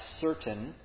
certain